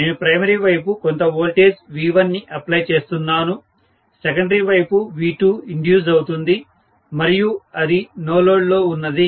నేను ప్రైమరీ వైపు కొంత వోల్టేజ్ V1 ని అప్లై చేస్తున్నాను సెకండరీ వైపు V2 ఇండ్యూస్ అవుతుంది మరియు అది నో లోడ్ లో ఉన్నది